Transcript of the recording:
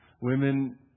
Women